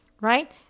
right